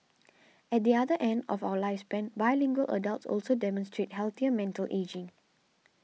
at the other end of our lifespan bilingual adults also demonstrate healthier mental ageing